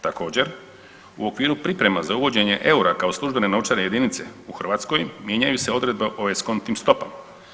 Također, u okviru priprema za uvođenje EUR-a kao službene novčane jedinice u Hrvatskoj mijenjaju se odredbe o eskontnim stopama.